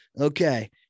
Okay